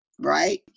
Right